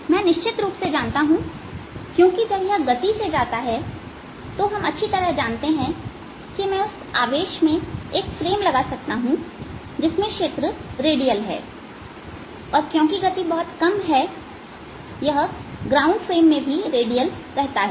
मैं निश्चित रूप से जानता हूं क्योंकि जब यह गति से जाता है हम निश्चित रूप से जानते हैं कि मैं उस आवेश में एक फ्रेम लगा सकता हूं जिसमें क्षेत्र रेडियल है और क्योंकि गति बहुत कम है यह ग्राउंड फ्रेम में भी रेडियल रहता है